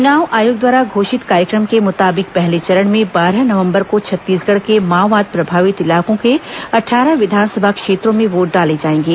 चुनाव आयोग द्वारा घोषित कार्यक्रम के मुताबिक पहले चरण में बारह नवंबर को छत्तीसगढ़ के माओवाद प्रभावित इलाकों के अट्ठारह विधानसभा क्षेत्रों में वोट डाले जाएंगे